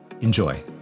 Enjoy